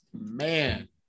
Man